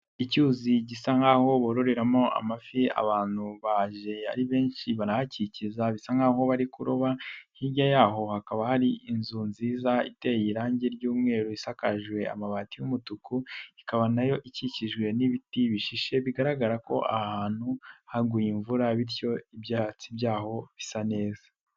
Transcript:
Icyuzi gisa nkaho bororeramo amafi abantu baje ari benshi barahakikiza bisa nkaho bari kuroba, hirya yaho hakaba hari inzu nziza iteye irangi ry'umweru, isakaje amabati y'umutuku, ikaba nayo ikikijwe n'ibiti bishishe, bigaragara ko ahantu haguye imvura bityo ibyatsi byaho bisa neza.